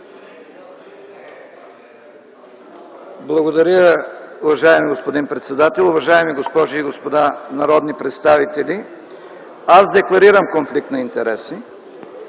Благодаря, уважаеми господин председател. Уважаеми госпожи и господа народни представители, аз декларирам конфликт на интереси,